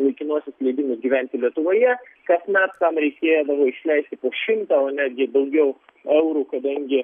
laikinuosius leidimus gyventi lietuvoje kasmet tam reikėdavo išleisti po šimtą ar netgi daugiau eurų kadangi